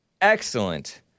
Excellent